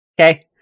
Okay